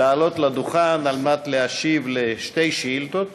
לעלות לדוכן על מנת להשיב על שתי שאילתות.